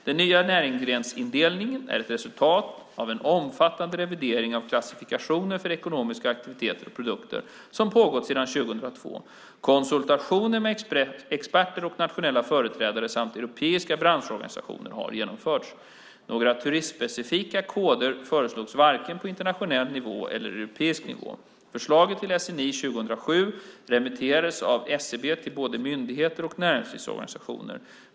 Den nya näringsgrensindelningen är ett resultat av en omfattande revidering av klassifikationer för ekonomiska aktiviteter och produkter som pågått sedan 2002. Konsultationer med experter och nationella företrädare samt med europeiska branschorganisationer har genomförts. Några turismspecifika koder föreslogs varken på internationell nivå eller på europeisk nivå. Förslaget till SNI 2007 remitterades av SCB till både myndigheter och näringslivsorganisationer.